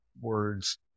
words